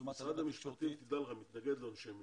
משרד המשפטים מתנגד לעונשי מינימום.